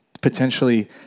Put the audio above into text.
potentially